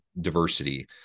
diversity